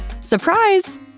surprise